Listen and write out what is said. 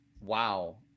wow